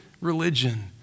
religion